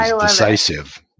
decisive